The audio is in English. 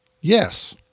Yes